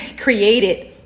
created